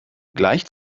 gleich